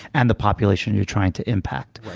and the population you're trying to impact. right.